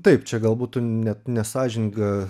taip čia gal būtų net nesąžininga